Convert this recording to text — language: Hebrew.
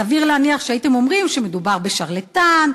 סביר להניח שהייתם אומרים שמדובר בשרלטן,